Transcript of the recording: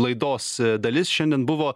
laidos dalis šiandien buvo